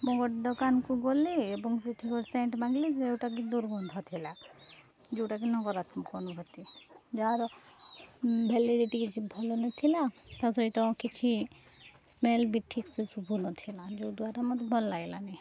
ମୁଁ ଗୋଟେ ଦୋକାନକୁ ଗଲି ଏବଂ ସେଠି ଗୋଟେ ସେଣ୍ଟ ମାଗିଲି ଯେ ଯେଉଁଟାକି ଦୁର୍ଗନ୍ଧ ଥିଲା ଯେଉଁଟାକି ନକରାତ୍ମକ ଅନୁଭୂତି ଯାହାର ଭ୍ୟାଲିଡ଼ିଟି କିଛି ଭଲ ନଥିଲା ତା ସହିତ କିଛି ସ୍ମେଲ୍ ବି ଠିକ୍ ସେ ଶୁଭୁ ନଥିଲା ଯୋଉଦ୍ଵାରା ମୋତେ ଭଲ ଲାଗିଲାନି